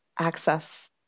access